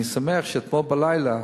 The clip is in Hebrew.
אני שמח שאתמול בלילה,